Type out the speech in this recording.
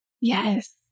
Yes